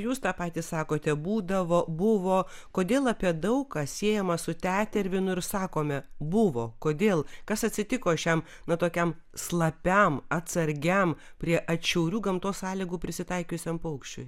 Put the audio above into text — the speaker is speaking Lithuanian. jūs tą patį sakote būdavo buvo kodėl apie daug ką siejamą su tetervinu ir sakome buvo kodėl kas atsitiko šiam na tokiam slapiam atsargiam prie atšiaurių gamtos sąlygų prisitaikiusiam paukščiui